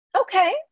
Okay